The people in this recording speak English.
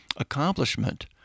accomplishment